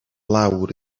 lawr